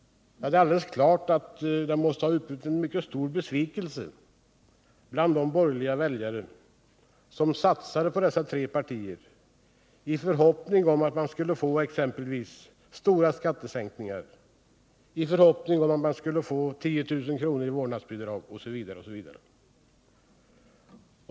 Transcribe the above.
Ja, det är alldeles klart att det måste ha utbrutit en mycket stor besvikelse bland de borgerliga väljare som satsade på dessa tre partier i förhoppning om att man skulle få stora skattesänkningar, i förhoppning om att få 10 000 kr. i vårdnadsbidrag osv.